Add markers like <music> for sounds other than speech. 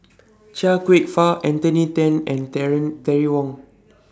Chia Kwek Fah Anthony Then and <unintelligible> Terry Wong